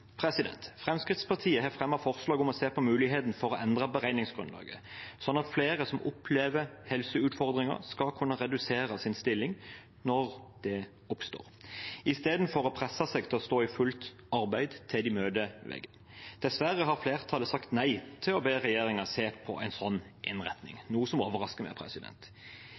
Fremskrittspartiet har fremmet forslag om å se på muligheten for å endre beregningsgrunnlaget, slik at flere som opplever helseutfordringer, skal kunne redusere sin stilling når det oppstår, istedenfor å presse seg selv til å stå i fullt arbeid til de møter veggen. Dessverre har flertallet sagt nei til å be regjeringen om å se på en sånn innretning, noe som overrasker meg.